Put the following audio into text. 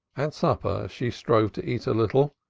at supper she strove to eat a little,